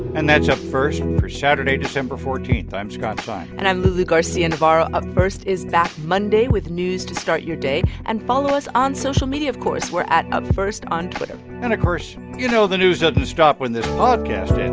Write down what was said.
and that's up first for saturday, december fourteen. i'm scott simon and i'm lulu garcia-navarro. up first is back monday with news to start your day. and follow us on social media, of course. we're at upfirst on twitter and of course, you know the news doesn't stop when this podcast ends,